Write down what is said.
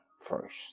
first